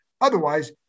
Otherwise